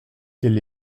elle